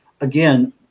again